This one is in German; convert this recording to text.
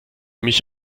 mich